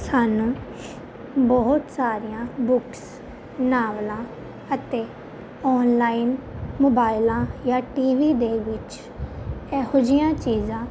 ਸਾਨੂੰ ਬਹੁਤ ਸਾਰੀਆਂ ਬੁੱਕਸ ਨਾਵਲਾਂ ਅਤੇ ਆਨਲਾਈਨ ਮੋਬਾਈਲਾਂ ਜਾਂ ਟੀ ਵੀ ਦੇ ਵਿੱਚ ਇਹੋ ਜਿਹੀਆਂ ਚੀਜ਼ਾਂ